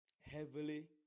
Heavily